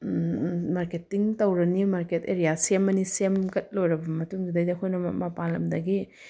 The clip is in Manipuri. ꯃꯥꯔꯀꯦꯠꯇꯤꯡ ꯇꯧꯔꯅꯤ ꯃꯥꯔꯀꯦꯠ ꯑꯦꯔꯤꯌꯥ ꯁꯦꯝꯃꯅꯤ ꯁꯦꯝꯒꯠ ꯂꯣꯏꯔꯕ ꯃꯇꯨꯡꯗꯨꯗꯩꯗ ꯑꯩꯈꯣꯏꯅ ꯃꯄꯥꯜ ꯂꯝꯗꯒꯤ